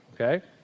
Okay